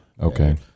okay